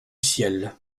ciel